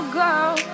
girl